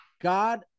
God